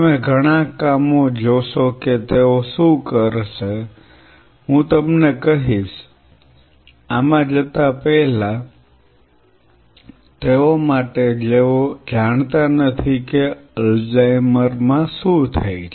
તમે ઘણા કામો જોશો કે તેઓ શું કરશે હું તમને કહીશ આમાં જતા પહેલા તેઓ માટે જેઓ જાણતા નથી કે અલ્ઝાઇમર માં શું થાય છે